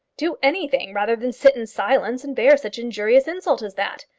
do anything rather than sit in silence and bear such injurious insult as that.